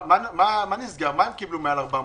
מה נסגר, מה הם קיבלו מעל 400?